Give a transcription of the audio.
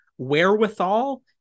wherewithal